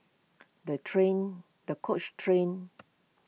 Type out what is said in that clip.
the train the coach trained